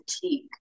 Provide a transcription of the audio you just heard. fatigue